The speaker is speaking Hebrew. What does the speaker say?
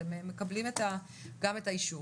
אתם מקבלים את גם את האישור,